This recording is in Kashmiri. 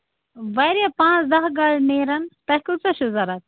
واریاہ پانٛژھ دَہ گاڑِ نٮ۪رَن تۄہہِ کٲژاہ چھَو ضروٗرت